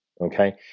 okay